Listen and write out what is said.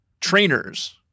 trainers